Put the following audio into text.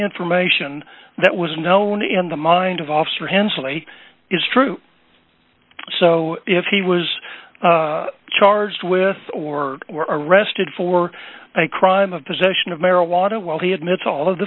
information that was known in the mind of officer hensley is true so if he was charged with or were arrested for a crime of possession of marijuana while he admits all of the